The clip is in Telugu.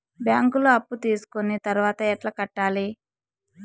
బ్యాంకులో అప్పు తీసుకొని తర్వాత ఎట్లా కట్టాలి?